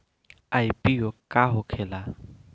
IPO का होखेला?